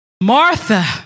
Martha